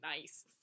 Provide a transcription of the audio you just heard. nice